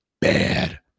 bad